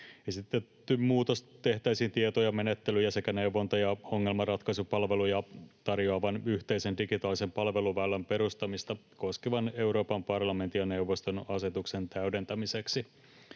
Esitetty muutos tehtäisiin tietoja, menettelyjä sekä neuvonta- ja ongelmanratkaisupalveluja tarjoavan yhteisen digitaalisen palveluväylän perustamista koskevan Euroopan parlamentin ja neuvoston asetuksen täydentämiseksi.